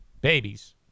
babies